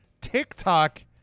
TikTok